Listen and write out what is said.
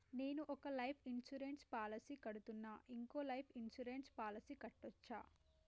నేను ఒక life insurance policy కడ్తున్నా, ఇంకో లైఫ్ ఇన్సూరెన్స్ పాలసీ కట్టొచ్చా?